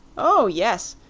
oh, yes,